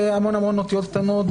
והמון המון אותיות קטנות,